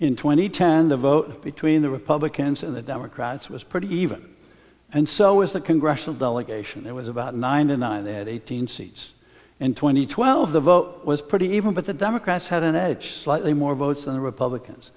in twenty ten the vote between the republicans and the democrats was pretty even and so is the congressional delegation it was about nine deny that eighteen seats and twenty twelve the vote was pretty even but the democrats had an edge slightly more votes than the republicans